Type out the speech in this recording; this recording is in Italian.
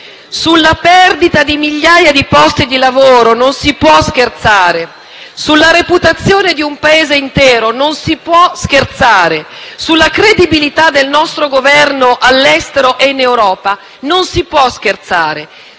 sulla perdita di migliaia di posti di lavoro. Non si può scherzare sulla reputazione di un Paese intero. Non si può scherzare sulla credibilità del nostro Governo all'estero e in Europa. Non si può scherzare